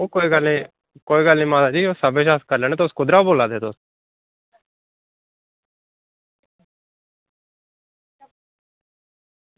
ओह् कोई गल्ल निं कोई गल्ल निं म्हाराज जी ओह् सबकिश अस करी लैने तुस कुद्धरा बोल्ला दे तुस